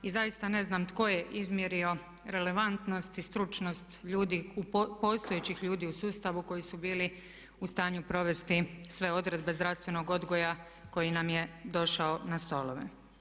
Zaista ne znam tko je izmjerio relevantnost i stručnost postojećih ljudi u sustavu koji su bili u stanju provesti sve odredbe zdravstvenog odgoja koji nam je došao na stolove.